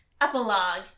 Epilogue